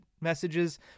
messages